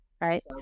right